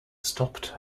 stopped